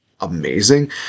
amazing